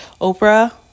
Oprah